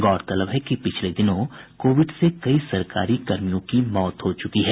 गौरतलब है कि पिछले दिनों कोविड से कई सरकारी कर्मियों की मौत हो चुकी है